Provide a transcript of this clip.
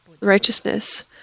righteousness